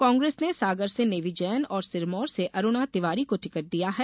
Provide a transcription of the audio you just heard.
कांग्रेस ने सागर से नेवी जैन और सिरमौर से अरुणा तिवारी को टिकट दिया है